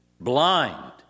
blind